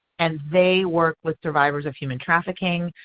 and they work with survivors of human trafficking.